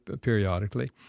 periodically